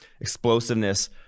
Explosiveness